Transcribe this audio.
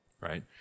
right